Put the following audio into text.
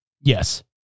Yes